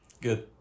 Good